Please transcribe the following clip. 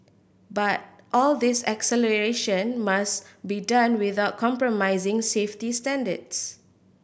but all this acceleration must be done without compromising safety standards